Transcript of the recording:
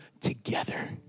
together